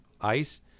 ice